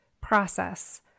process